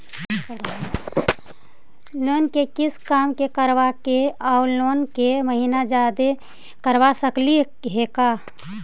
Loan के किस्त कम कराके औ लोन के महिना जादे करबा सकली हे का?